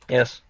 Yes